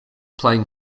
playing